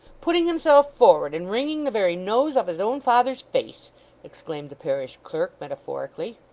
putting himself forward and wringing the very nose off his own father's face exclaimed the parish-clerk, metaphorically.